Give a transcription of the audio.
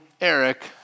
Eric